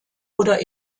oder